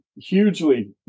hugely